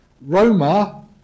Roma